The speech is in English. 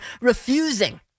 refusing